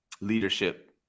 leadership